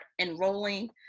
enrolling